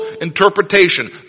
interpretation